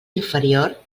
inferior